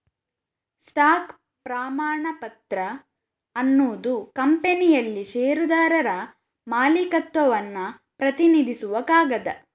stock ಪ್ರಮಾಣಪತ್ರ ಅನ್ನುದು ಕಂಪನಿಯಲ್ಲಿ ಷೇರುದಾರರ ಮಾಲೀಕತ್ವವನ್ನ ಪ್ರತಿನಿಧಿಸುವ ಕಾಗದ